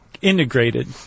integrated